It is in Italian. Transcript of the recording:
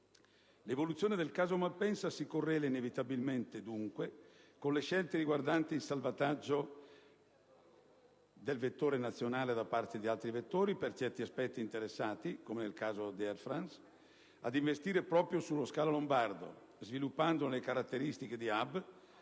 L'evoluzione del caso Malpensa si correla inevitabilmente, dunque, con le scelte riguardanti il salvataggio del vettore nazionale da parte di altri vettori, per certi aspetti interessati - come nel caso di Air France - ad investire proprio sullo scalo lombardo, sviluppandone le caratteristiche di *hub*,